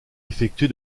effectué